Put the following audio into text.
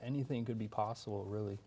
anything could be possible really